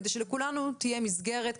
כדי שלכולנו תהיה מסגרת,